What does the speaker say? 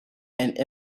and